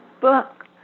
book